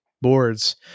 boards